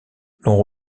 l’on